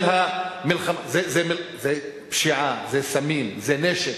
זה פשיעה, זה סמים וזה נשק,